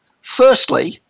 Firstly